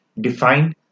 Define